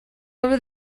over